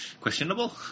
questionable